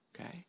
Okay